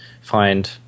find